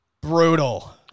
Brutal